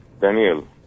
Daniel